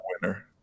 winner